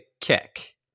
kick